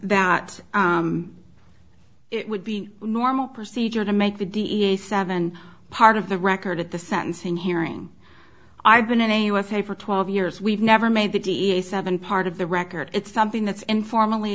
that it would be normal procedure to make the da seven part of the record at the sentencing hearing i've been in the usa for twelve years we've never made the da seven part of the record it's something that's informally